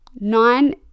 nine